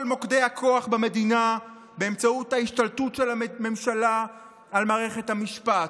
מוקדי הכוח במדינה באמצעות ההשתלטות של הממשלה על מערכת המשפט.